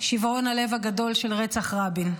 שברון הלב הגדול של רצח רבין.